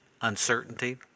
uncertainty